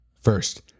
First